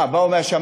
מה, הם באו מהשמים?